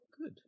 good